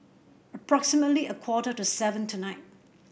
approximately a quarter to seven tonight